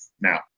Now